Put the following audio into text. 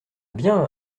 bien